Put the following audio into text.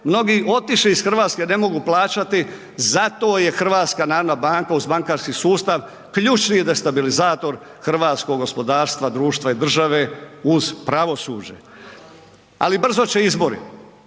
mnogi otišli iz RH ne mogu plaćati, zato je HNB uz bankarski sustav ključni destabilizator hrvatskog gospodarstva, društva i države uz pravosuđe, ali brzo će izbori.